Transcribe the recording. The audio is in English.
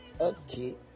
Okay